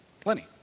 Plenty